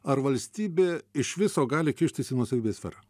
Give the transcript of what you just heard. ar valstybė iš viso gali kišti į nuosavybės sferą